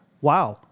Wow